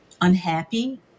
unhappy